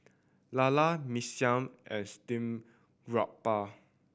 lala Mee Siam and steamed garoupa